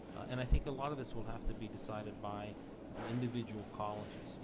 and i think a lot of this will have to be decided by the individual colleges.